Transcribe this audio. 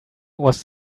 was